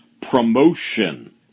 promotion